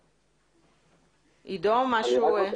בבקשה.